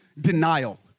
denial